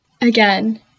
Again